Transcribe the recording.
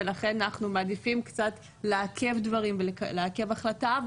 ולכן אנחנו מעדיפים קצת לעכב דברים ולעכב החלטה,